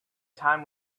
time